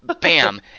bam